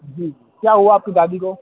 جی کیا ہُوا آپ کی دادی کو